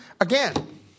Again